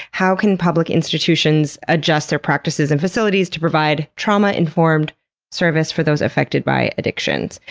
how can public institutions adjust their practices and facilities to provide trauma-informed service for those affected by addictions,